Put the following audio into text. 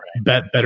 better